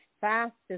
fastest